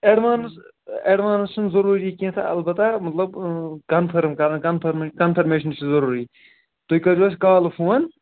advance advance چھُنہٕ ضروٗری کیٚنٛہہ تہٕ البَتہ مطلب کَنفٲرٕم کَرُن کَنفٲرٕمہٕ کَنفَرمیشَن چھِ ضٔروٗری تُہۍ کٔرۍزیو اَسہِ کالہٕ فون